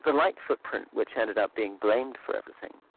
but light footprint, which ended up being blamed for everything,